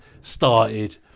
started